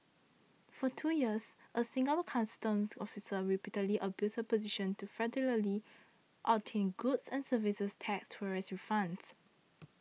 for two years a Singapore Customs officer repeatedly abused her position to fraudulently obtain goods and services tax tourist refunds